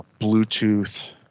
Bluetooth